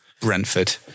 Brentford